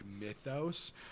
mythos